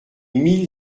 mille